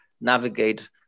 navigate